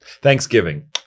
Thanksgiving